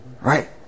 Right